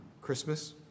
Christmas